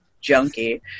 Junkie